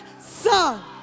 son